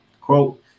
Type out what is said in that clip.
Quote